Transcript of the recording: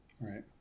Right